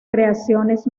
creaciones